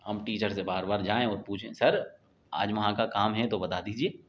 ہم ٹیچر سے بار بار جائیں اور پوچھیں سر آج وہاں کا کام ہے تو بتا دیجئے